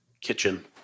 kitchen